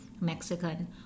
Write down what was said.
Mexican